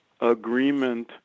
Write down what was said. agreement